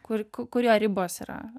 kur kur jo ribos yra